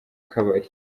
kabari